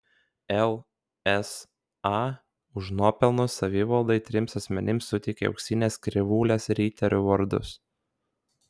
lsa už nuopelnus savivaldai trims asmenims suteikė auksinės krivūlės riterių vardus